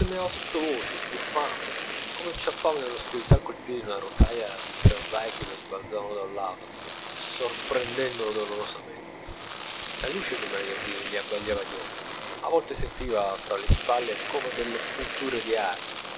sottovoce sbuffando come inciampava nell'oscurità col piede in una rotaia di tranvai che lo sbalzava da un lato sorprendendolo dolorosamente la luce dei magazzini gli abbagliava gli occhi a volte sentiva fra le spalle come delle punture di aghi